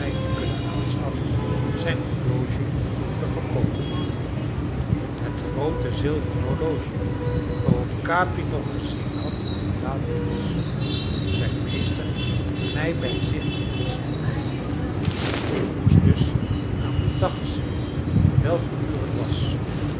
te kunnen aanschaffen zijn horloge moeten verkoopen het groote zilveren horloge waarop capi nog gezien had hoe laat het was toen zijn meester mij bij zich in dienst nam ik moest dus aan den dag zien welk uur het was